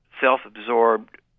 self-absorbed